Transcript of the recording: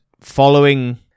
following